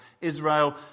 Israel